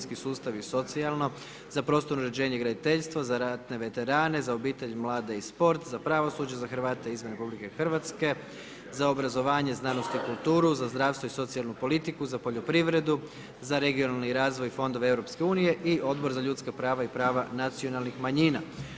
sustav i socijalno, za prostorno uređenje i graditeljstvo, za ratne veterane, za obitelj, mlade i sport, za pravosuđe, za Hrvate izvan Republike Hrvatske, za obrazovanje, znanost i kulturu, za zdravstvo i socijalnu politiku, za poljoprivredu, za regionalni razvoj i fondove Europske unije i Odbor za ljudska prava i prava nacionalnih manjina.